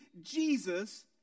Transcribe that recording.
Jesus